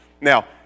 Now